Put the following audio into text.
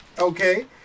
okay